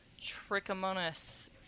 trichomonas